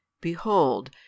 Behold